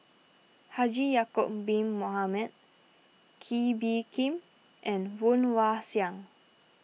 Haji Ya'Acob Bin Mohamed Kee Bee Khim and Woon Wah Siang